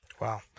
Wow